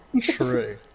true